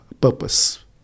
purpose